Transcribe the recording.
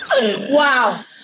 Wow